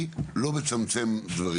לא מצמצם דברים,